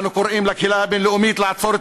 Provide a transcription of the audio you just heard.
אנו קוראים לקהילה הבין-לאומית לעצור את